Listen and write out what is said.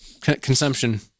consumption